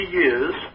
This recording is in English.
years